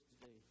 today